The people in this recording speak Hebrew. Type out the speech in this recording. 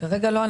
כרגע לא.